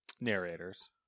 narrators